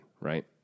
right